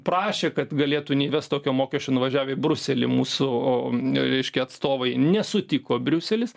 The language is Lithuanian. prašė kad galėtų neįvest tokio mokesčio nuvažiavę į briuselį mūsų reiškia atstovai nesutiko briuselis